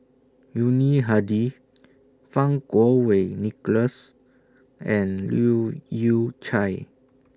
Yuni Hadi Fang Kuo Wei Nicholas and Leu Yew Chye